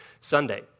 Sunday